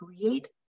create